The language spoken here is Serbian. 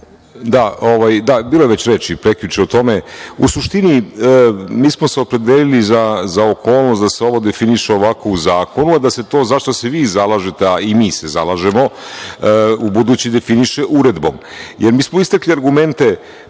Da, bilo je već reči prekjuče o tome.U suštini, mi smo se opredelili za ovu okolnost da se ovo definiše ovako u zakonu, a da se to zašta se vi zalažete, a i mi se zalažemo, ubuduće definiše uredbom. Jer, mi smo istakli